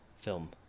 film